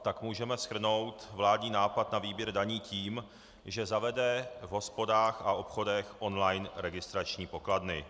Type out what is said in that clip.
Tak můžeme shrnout vládní nápad na výběr daní tím, že zavede v hospodách a obchodech online registrační pokladny.